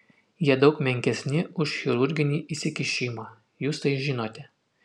jie daug menkesni už chirurginį įsikišimą jūs tai žinote